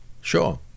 Sure